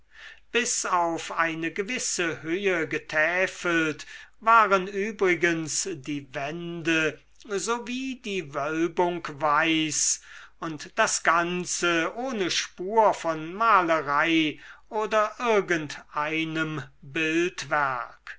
bis auf eine gewisse höhe getäfelt waren übrigens die wände so wie die wölbung weiß und das ganze ohne spur von malerei oder irgend einem